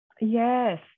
Yes